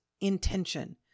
intention